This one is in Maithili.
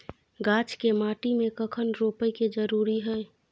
गाछ के माटी में कखन रोपय के जरुरी हय?